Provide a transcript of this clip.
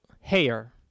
hair